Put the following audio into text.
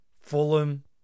Fulham